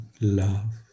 love